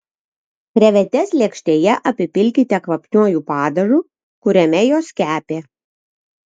krevetes lėkštėje apipilkite kvapniuoju padažu kuriame jos kepė